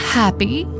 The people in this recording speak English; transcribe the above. happy